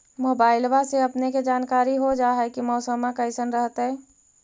मोबाईलबा से अपने के जानकारी हो जा है की मौसमा कैसन रहतय?